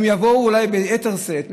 הם יבואו אולי ביתר שאת,